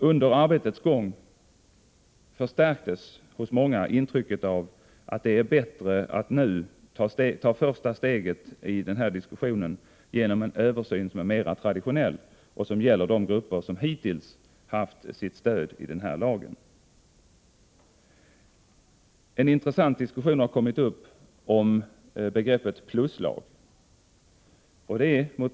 Under arbetets gång förstärktes hos många intrycket av att det nu är bättre att ta första steget genom en översyn som är mera traditionell och som gäller de grupper som hittills haft sitt stöd i den här lagen. En intressant diskussion har kommit upp om begreppet pluslag.